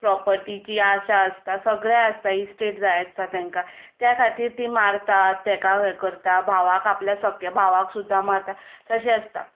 property की आशा आसता सगळें आसता इस्टॅट जाय आसता तांकां त्या खातीर तीं मारतात ताका हें करतात आपल्या सग्या भावाक सुद्दां मारतात तशें आसता